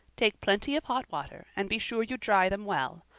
take plenty of hot water, and be sure you dry them well.